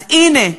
אז הנה,